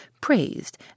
praised